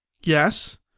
Yes